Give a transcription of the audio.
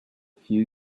few